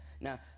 now